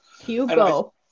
Hugo